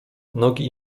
nogi